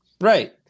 Right